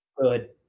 Good